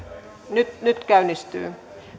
nyt nyt käynnistyy